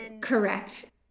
Correct